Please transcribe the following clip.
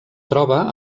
troba